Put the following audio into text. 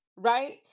right